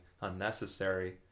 unnecessary